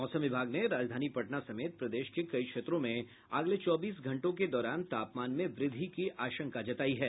मौसम विभाग ने राजधानी पटना समेत प्रदेश के कई क्षेत्रों में अगले चौबीस घंटों के दौरान तापमान में वृद्धि की आशंका जतायी है